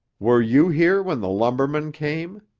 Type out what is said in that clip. were you here when the lumbermen came?